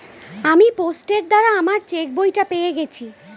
আমি পোস্টের দ্বারা আমার চেকবইটা পেয়ে গেছি